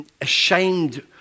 ashamed